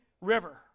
river